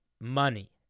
money